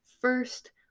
first